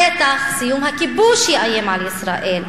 אז בטח סיום הכיבוש יאיים על ישראל,